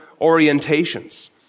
orientations